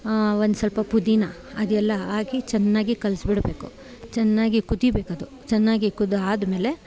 ಒಂದು ಸ್ವಲ್ಪ ಪುದಿನ ಅದೆಲ್ಲ ಹಾಕಿ ಚೆನ್ನಾಗಿ ಕಲೆಸಿಡ್ಬೇಕು ಚೆನ್ನಾಗಿ ಕುದಿಬೇಕದು ಚೆನ್ನಾಗಿ ಕುದಾದ್ಮೇಲೆ